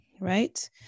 right